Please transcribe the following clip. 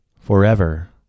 forever